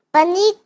Bunny